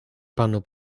panu